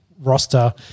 roster